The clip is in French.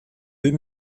deux